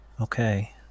okay